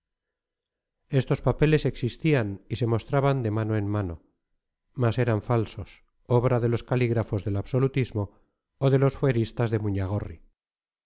estos papeles existían y se mostraban de mano en mano mas eran falsos obra de los calígrafos del absolutismo o de los fueristas de